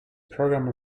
programme